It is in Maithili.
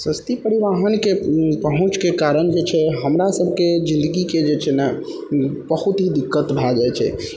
सस्ती परिवहनके पहुँचके कारण जे छै हमरा सभके जिन्दगीके जे छै ने बहुत ही दिक्कत भए जाइ छै